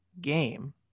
game